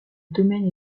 domaine